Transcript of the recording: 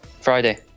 Friday